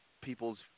people's